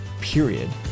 period